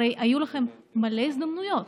הרי היו לכם מלא הזדמנויות.